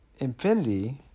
infinity